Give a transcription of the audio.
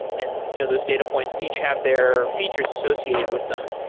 and you know those data points each have their features associated with them.